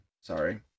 sorry